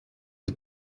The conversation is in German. der